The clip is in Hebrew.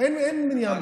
אין מניעה משפטית.